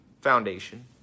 foundation